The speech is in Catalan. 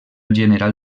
general